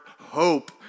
hope